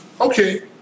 Okay